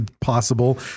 possible